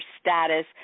status